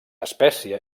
espècie